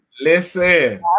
Listen